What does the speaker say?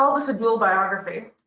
um a so dual biography,